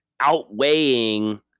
outweighing